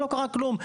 לא קרה כלום.